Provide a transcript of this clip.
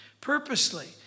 Purposely